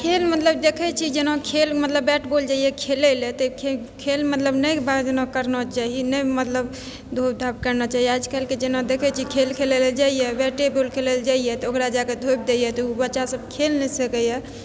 खेल मतलब देखै छिए जेना खेल मतलब बैट बॉल जहिआ खेलैलए तऽ खेल मतलब नहि बाजना करना चाही नहि मतलब धोप धाप करना चाही आजकलके जेना देखै छिए खेल खेलैलए जाइए बैटे बॉल खेलैलए जाइए तऽ ओकरा जा कऽ धोपि दैए तऽ ओ बच्चा सब खेल नहि सकैए